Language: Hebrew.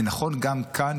וזה נכון גם כאן,